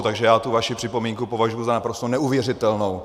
Takže já tu vaši připomínku považuji za naprosto neuvěřitelnou.